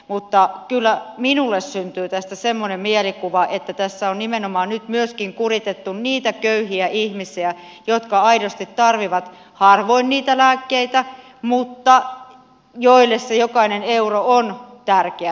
mutta kyllä minulle syntyy tästä semmoinen mielikuva että tässä on nimenomaan nyt myöskin kuritettu niitä köyhiä ihmisiä jotka aidosti tarvitsevat harvoin niitä lääkkeitä mutta joille se jokainen euro on tärkeä